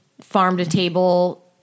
farm-to-table